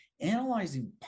analyzing